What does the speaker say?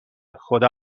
خدا